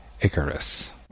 Icarus